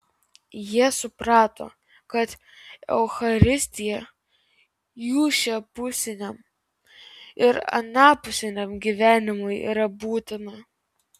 jie suprato kad eucharistija jų šiapusiniam ir anapusiniam gyvenimui yra būtina